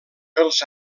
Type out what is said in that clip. els